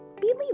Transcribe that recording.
Believe